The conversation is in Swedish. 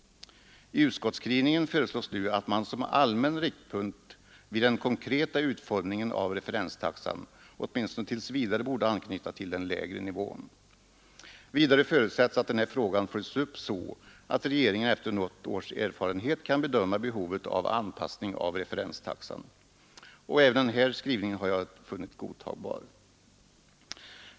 I utskottskrivningen föreslås att man som allmän riktpunkt vid den konkreta utformningen av referenstaxan åtminstone tills vidare borde anknyta till den lägre nivån. Vidare förutsätts att frågan följs upp så, att regeringen efter något års erfarenhet kan bedöma behovet av anpassning av referenstaxan. Även den skrivningen har jag funnit godtagbar.